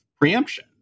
preemption